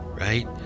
right